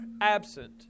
absent